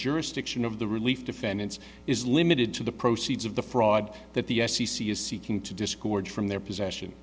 jurisdiction of the relief defendants is limited to the proceeds of the fraud that the f c c is seeking to disgorge from their possession